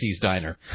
diner